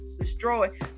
destroy